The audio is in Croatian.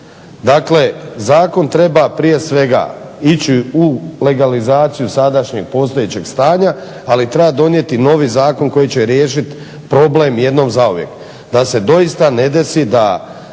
Dakle zakon treba prije svega ići u legalizaciju sadašnjeg postojećeg stanja, ali treba donijeti novi zakon koji će riješiti problem jednom zauvijek, da se doista ne desi da